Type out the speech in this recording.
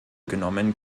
genommen